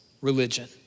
religion